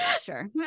Sure